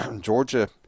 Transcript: Georgia